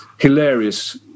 hilarious